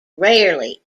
rarely